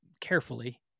carefully